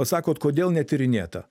sakot kodėl netyrinėta